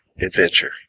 adventure